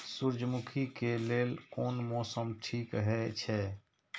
सूर्यमुखी के लेल कोन मौसम ठीक हे छे?